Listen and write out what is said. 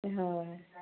হয়